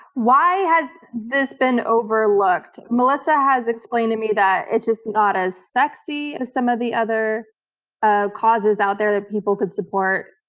why has this been overlooked? melissa has explained to me that it's just not as sexy as some of the other ah causes out there that people could support.